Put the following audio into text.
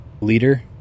Leader